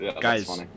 Guys